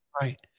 right